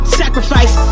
sacrifice